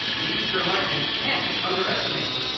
the eastern lightning can't be underestimated.